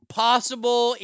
possible